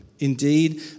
Indeed